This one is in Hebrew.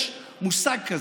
יש מושג כזה,